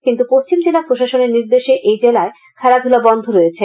কিন্তু পশ্চিম জেলা প্রশাসনের নির্দেশে এই জেলায় খেলাধুলা বন্ধ রয়েছে